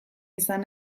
izan